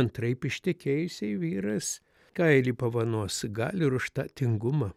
antraip ištekėjusiai vyras kailį pavanos gali ir už tą tingumą